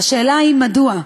והשאלה היא מדוע,